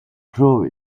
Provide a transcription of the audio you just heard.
prove